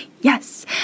Yes